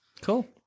cool